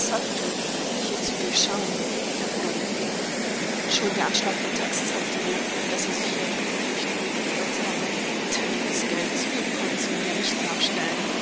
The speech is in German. hier zu durchschauen der bruder nickte schon der anschlag der thags zeigte mir daß er sich hier auf gefährlichen wegen verirrt habe denn um des geldes wegen konnten sie ihm ja nicht nachstellen